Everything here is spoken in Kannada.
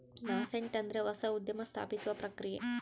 ನಾಸೆಂಟ್ ಅಂದ್ರೆ ಹೊಸ ಉದ್ಯಮ ಸ್ಥಾಪಿಸುವ ಪ್ರಕ್ರಿಯೆ